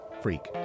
Freak